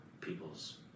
people's